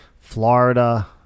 Florida